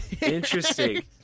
interesting